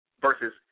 versus